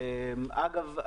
אגב,